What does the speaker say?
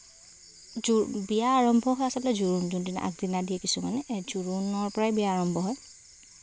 জো বিয়া আৰম্ভ হয় আচলতে জোৰোণৰ দিনা জোৰোণৰ পৰাই বিয়া আৰম্ভ হয়